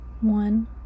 One